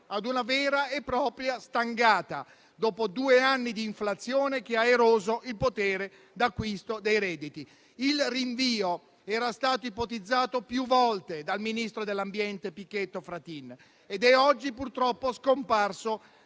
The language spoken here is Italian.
ad una vera e propria stangata, dopo due anni di inflazione che ha eroso il potere d'acquisto dei redditi. Il rinvio era stato ipotizzato più volte dal ministro dell'ambiente Pichetto Fratin ed è oggi purtroppo scomparso